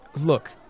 Look